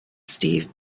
steve